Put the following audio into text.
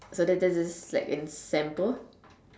so that that that's like in samples